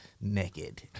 naked